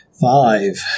Five